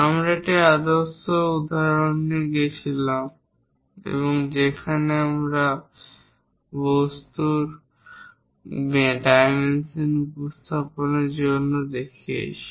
আমরা একটি আদর্শ উদাহরণ দিয়ে গিয়েছিলাম যেখানে আমরা একটি বস্তুর ডাইমেনশন উপস্থাপনের জন্য দেখিয়েছি